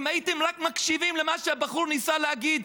אם רק הייתם מקשיבים למה שהבחור ניסה להגיד,